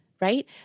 right